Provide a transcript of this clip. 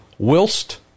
whilst